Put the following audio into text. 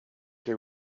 che